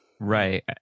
right